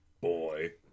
boy